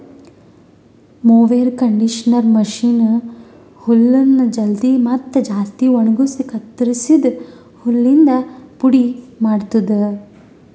mower conditioner machine ಹುಲ್ಲನ್ನು ಜಲ್ದಿ ಮತ್ತ ಜಾಸ್ತಿ ಒಣಗುಸಿ ಕತ್ತುರಸಿದ ಹುಲ್ಲಿಂದ ಪುಡಿ ಮಾಡ್ತುದ